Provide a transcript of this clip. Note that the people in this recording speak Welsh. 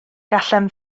gallem